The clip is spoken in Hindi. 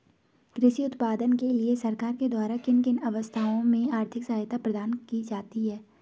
कृषि उत्पादन के लिए सरकार के द्वारा किन किन अवस्थाओं में आर्थिक सहायता प्रदान की जाती है?